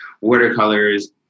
Watercolors